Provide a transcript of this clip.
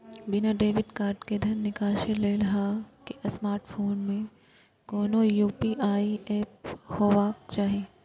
बिना debit card के धन निकासी लेल अहां के स्मार्टफोन मे कोनो यू.पी.आई एप हेबाक चाही